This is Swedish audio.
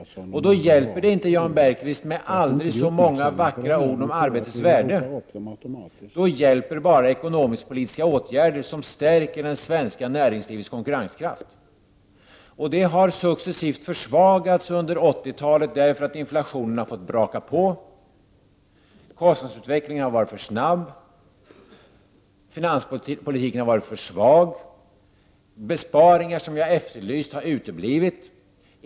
Då hjälper det inte, Jan Bergqvist, med aldrig så många vackra ord om arbetets värde. Då hjälper bara ekonomisk-politiska åtgärder, som stärker det svenska näringslivets konkurrenskraft. Denna har successivt försvagats under 80-talet på grund av att inflationen bara fått braka på. Kostnadsutvecklingen har varit för snabb, och finanspolitiken har varit för svag. Besparingar som vi efterlyst har uteblivit.